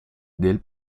del